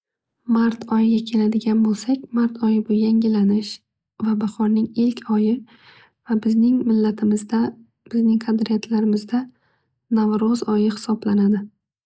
Mart oyiga keladigan bo'lsak bu yangilanish va bahorning ilk oyi va bizning millatimizda bizning qadriyatlarimizda navro'z oyi hisoblanadi.